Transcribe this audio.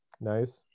Nice